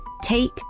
Take